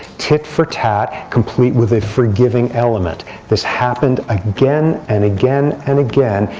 tit for tat, complete with a forgiving element this happened again, and again, and again,